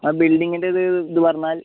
ആ ബിൽഡിങ്ങിൻ്റെ ഏത് ഇത് പറഞ്ഞാൽ